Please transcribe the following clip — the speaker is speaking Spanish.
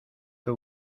que